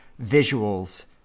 visuals